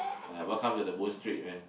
uh welcome to the moon street man